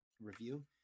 review